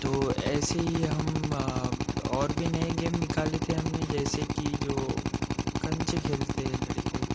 तो ऐसे ही हम और भी नए गेम निकाले थे हमने जैसे कि जो कंचे खेलते हैं लड़के